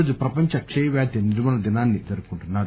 ఈ రోజు ప్రపంచ క్షయవ్యాధి నిర్మూలన దినాన్ని జరుపుకుంటున్నారు